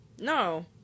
no